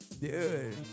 dude